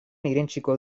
irentsiko